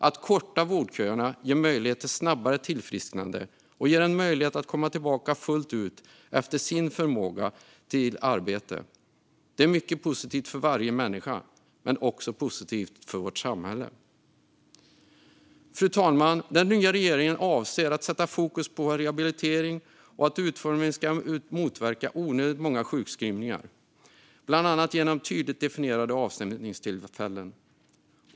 Att korta vårdköerna ger möjlighet till snabbare tillfrisknande och ger en möjlighet att komma tillbaka fullt ut efter sin förmåga till arbete. Det är mycket positivt för varje människa men också positivt för vårt samhälle. Fru talman! Den nya regeringen avser att sätta fokus på rehabilitering och att utformningen ska motverka onödigt många sjukskrivningar. Det ska bland annat ske genom tydligt definierade avstämningstillfällen.